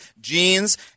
jeans